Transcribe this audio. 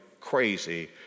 crazy